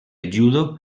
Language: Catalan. judo